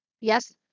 Yes